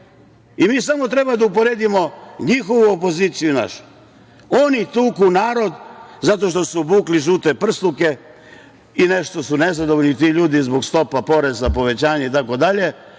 i mi samo treba da uporedimo njihovu opoziciju i našu. Oni tuku narod zato što su obukli žute prsluke i nešto su nezadovoljni ti ljudi zbog stopa poreza, povećanja itd.